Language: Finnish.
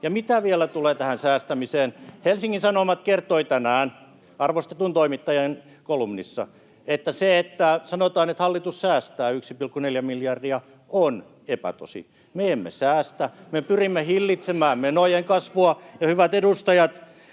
Ja mitä vielä tulee tähän säästämiseen, niin Helsingin Sanomat kertoi tänään arvostetun toimittajan kolumnissa, että se, että sanotaan, että hallitus säästää 1,4 miljardia, on epätosi. Me emme säästä, me pyrimme hillitsemään menojen kasvua.